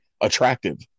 attractive